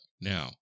Now